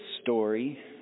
story